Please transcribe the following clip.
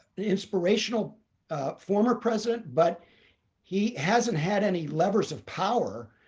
an inspirational former president, but he hasn't had any levers of power,